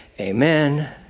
amen